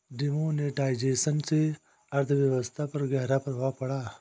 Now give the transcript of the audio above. demonetisation से अर्थव्यवस्था पर ग़हरा प्रभाव पड़ा